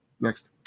Next